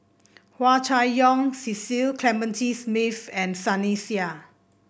Hua Chai Yong Cecil Clementi Smith and Sunny Sia